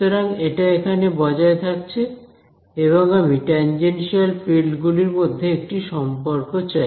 সুতরাং এটা এখানে বজায় থাকছে এবং আমি টেনজেনশিয়াল ফিল্ড গুলির মধ্যে একটি সম্পর্ক চাই